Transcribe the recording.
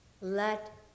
Let